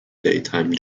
daytime